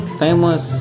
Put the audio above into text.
famous